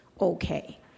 okay